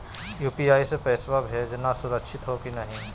UPI स पैसवा भेजना सुरक्षित हो की नाहीं?